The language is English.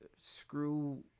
screw